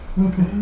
Okay